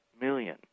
million